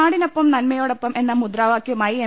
നാടിനൊപ്പം നന്മയോടൊപ്പം എന്ന മുദ്രാവാക്യവുമായി എം